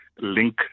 link